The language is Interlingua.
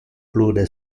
plure